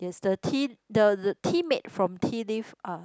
is the tea the the tea made from tea leaf are